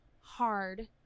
hard